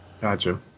Gotcha